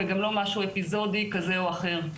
וגם לא משהו אפיזודי כזה או אחר.